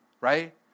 right